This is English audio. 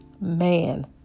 man